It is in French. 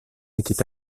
était